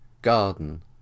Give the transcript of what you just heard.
garden